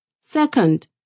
Second